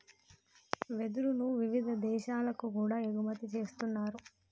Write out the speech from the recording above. వెదురును వివిధ దేశాలకు కూడా ఎగుమతి చేస్తున్నారు